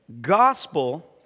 gospel